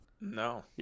No